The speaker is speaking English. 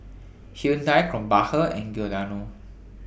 Hyundai Krombacher and Giordano